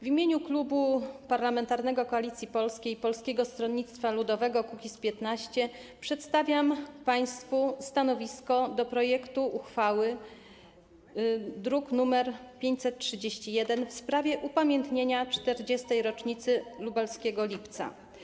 W imieniu Klubu Parlamentarnego Koalicja Polska - Polskie Stronnictwo Ludowe - Kukiz15 przedstawiam państwu stanowisko wobec projektu uchwały, druk nr 531, w sprawie upamiętnienia 40. rocznicy Lubelskiego Lipca.